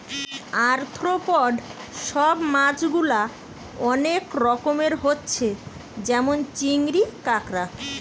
arthropod সব মাছ গুলা অনেক রকমের হচ্ছে যেমন চিংড়ি, কাঁকড়া